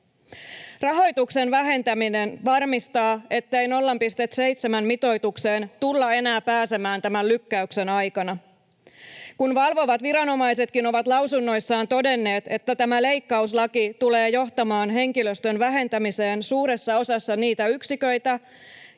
Rahoituksen vähentäminen varmistaa, ettei 0,7-mitoitukseen tulla enää pääsemään tämän lykkäyksen aikana. Kun valvovat viranomaisetkin ovat lausunnoissaan todenneet, että tämä leikkauslaki tulee johtamaan henkilöstön vähentämiseen suuressa osassa niitä yksiköitä,